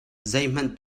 zeihmanh